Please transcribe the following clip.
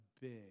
big